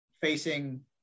facing